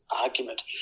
argument